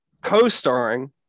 Co-starring